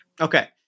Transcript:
Okay